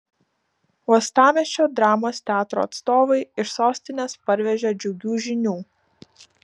uostamiesčio dramos teatro atstovai iš sostinės parvežė džiugių žinių